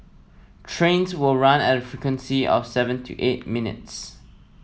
trains will run at a frequency of seven to eight minutes